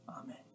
Amen